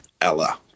Ella